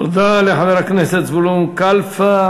תודה לחבר הכנסת זבולון קלפה.